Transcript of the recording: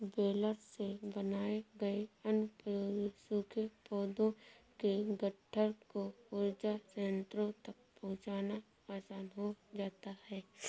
baler से बनाए गए अनुपयोगी सूखे पौधों के गट्ठर को ऊर्जा संयन्त्रों तक पहुँचाना आसान हो जाता है